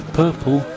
purple